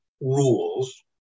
Rules